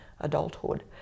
adulthood